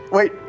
Wait